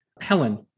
Helen